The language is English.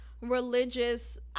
religious